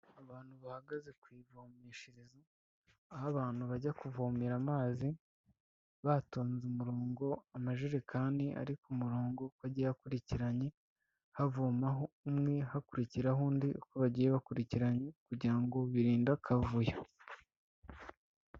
Abantu bahagaze ku ivomesherezo, aho abantu bajya kuvomera amazi batonze umurongo amajerekani ari ku murongo uko agiye akurikiranye, havomaho umwe hakurikiraho undi uko bagiye bakurikiranye kugira ngo birinde akavuyo.